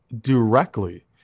directly